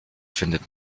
findet